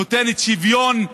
נותנת שוויון,